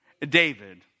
David